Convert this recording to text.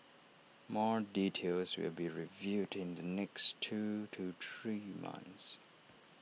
more details will be revealed in the next two to three months